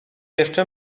jeszcze